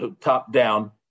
top-down